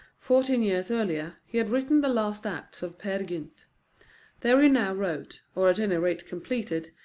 fourteen years earlier, he had written the last acts of peer gynt there he now wrote, or at any rate completed,